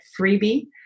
freebie